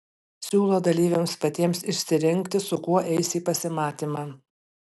siūlo dalyviams patiems išsirinkti su kuo eis į pasimatymą